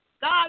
God